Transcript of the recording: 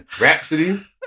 Rhapsody